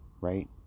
right